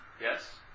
yes